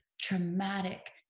traumatic